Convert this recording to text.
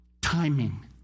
Timing